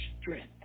strength